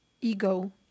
ego